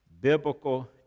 Biblical